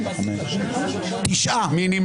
מי נגד?